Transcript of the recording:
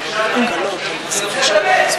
אני רוצה לדבר.